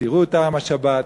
ותראו את טעם השבת,